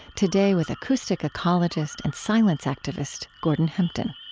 today, with acoustic ecologist and silence activist gordon hempton